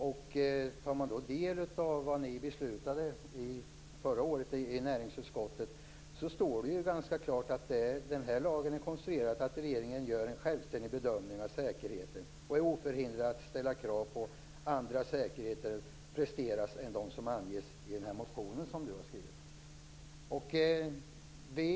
Om man tar del av vad ni beslutade förra året i näringsutskottet står det ganska klart att den här lagen är så konstruerad att regeringen gör en självständig bedömning av säkerheten och är oförhindrad att ställa krav på att andra säkerheter presteras än dem som anges i den motion som Roland Larsson har skrivit.